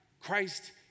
Christ